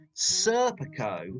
serpico